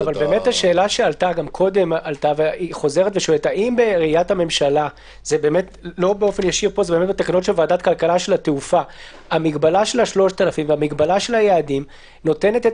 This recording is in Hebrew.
האם בראיית הממשלה המגבלה של ה-3,000 והמגבלה של היעדים נותנת את